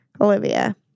Olivia